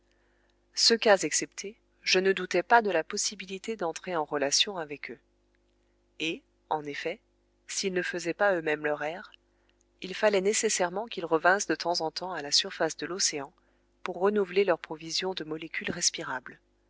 ce cas excepté je ne doutais pas de la possibilité d'entrer en relations avec eux et en effet s'ils ne faisaient pas eux-mêmes leur air il fallait nécessairement qu'ils revinssent de temps en temps à la surface de l'océan pour renouveler leur provision de molécules respirables